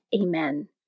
Amen